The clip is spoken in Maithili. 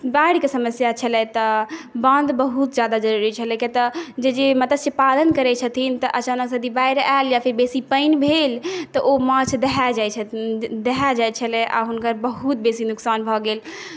बाढ़िके समस्या छलै तऽ बान्ध बहुत ज्यादा जरूरी छलै किएक तऽ जे जे मत्स्य पालन करै छथिन तऽ अचानक सए यदि बाढ़ि आएल या कोनो पानि भेल तऽ ओ माछ दहा जाइ दहाइ जाइ छलै आ हुनकर बहुत बेसी नुकसान भऽ गेल